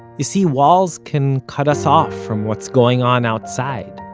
you see, walls can cut us off from what's going on outside,